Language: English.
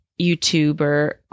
YouTuber